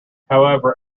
however